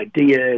ideas